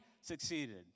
succeeded